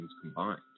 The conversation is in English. combined